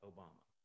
Obama